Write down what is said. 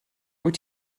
wyt